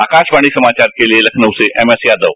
आकाशवाणी समाचार के लिए लखनऊ से एमएस यादव